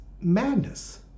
madness